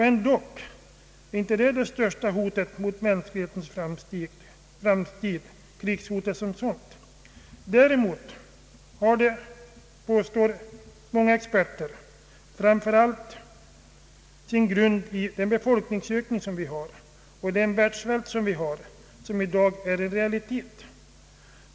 Ändock är inte det största hotet mot Statsverkspropositionen m.m. mänsklighetens framtid krigshotet som sådant. Det utgörs, påstår många experter, framför allt av den befolkningsökning som sker och den världssvält som i dag är en realitet.